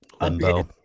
limbo